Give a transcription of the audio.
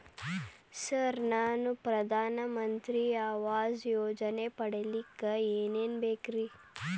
Sir ನಾನು ಪ್ರಧಾನ ಮಂತ್ರಿ ಆವಾಸ್ ಯೋಜನೆ ಪಡಿಯಲ್ಲಿಕ್ಕ್ ಏನ್ ಏನ್ ಬೇಕ್ರಿ?